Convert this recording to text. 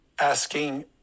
asking